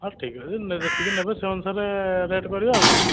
ହଉ ଠିକ୍ ଅଛି ଯେତିକି ନେବେ ସେହି ଅନୁସାରେ ରେଟ୍ କରିବା ଆଉ କ'ଣ